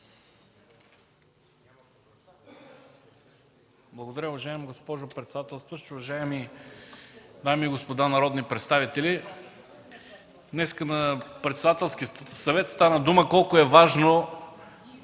Благодаря, уважаема госпожо председателстваща. Уважаеми дами и господа народни представители, днес на Председателския съвет стана дума колко е важно